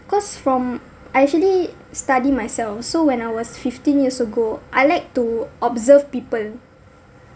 cause from I actually study myself so when I was fifteen years ago I like to observe people